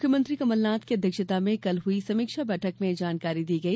मुख्यमंत्री कमलनाथ की अध्यक्षता में कल हुई समीक्षा बैठक में ये जानकारी दी गई